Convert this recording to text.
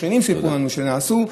שהשכנים סיפרו לנו שנעשו,